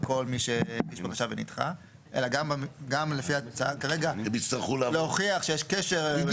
כל מי שהגיש בקשה ונדחה אלא גם לפי ההצעה כרגע צריך להוכיח שיש קשר.